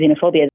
xenophobia